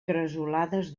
cresolades